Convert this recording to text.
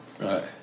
Right